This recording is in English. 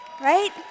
right